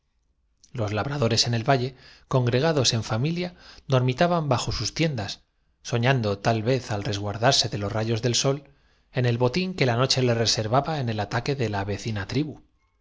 los labradores en el valle congregados en familia dormitaban bajo sus tiendas soñando tal vez al res guardarse de los rayos del sol en el botín que la noche les reservaba en el ataque de la vecina tribu